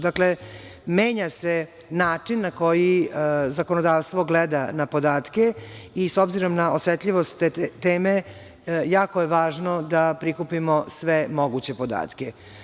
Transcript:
Dakle, menja se način na koji zakonodavstvo gleda na podatke i s obzirom na osetljivost te teme jako je važno da prikupimo sve moguće podatke.